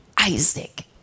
Isaac